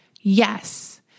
Yes